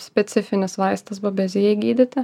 specifinis vaistas babezijai gydyti